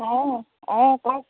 অঁ অঁ কওক